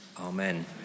amen